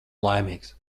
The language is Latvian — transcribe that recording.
laimīgs